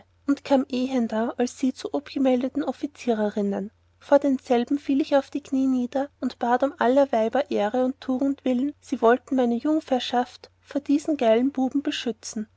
und kam ehender als sie zu obgemeldten offiziererinnen vor denselben fiel ich auf die knie nieder und bat um aller weiber ehre und tugend willen sie wollten meine jungferschaft vor diesen geilen buben beschützen